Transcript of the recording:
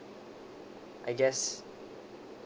I guess